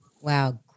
Wow